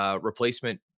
replacement